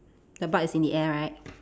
the butt is in the air right